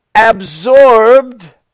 absorbed